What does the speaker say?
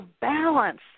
balance